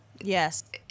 yes